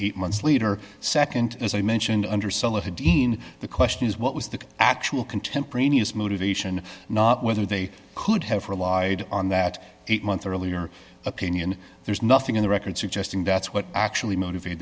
eight months later nd as i mentioned under sullivan dean the question is what was the actual contemporaneous motivation not whether they could have relied on that eight month earlier opinion there's nothing in the record suggesting that's what actually motivate